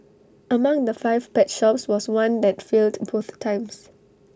among the five pet shops was one that failed both times